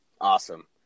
Awesome